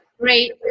great